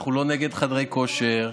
אנחנו לא נגד חדרי כושר,